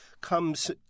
comes